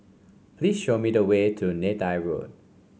please show me the way to Neythai Road